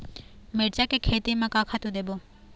मिरचा के खेती म का खातू देबो?